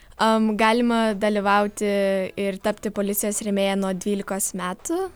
am galima dalyvauti ir tapti policijos rėmėja nuo dvylikos metų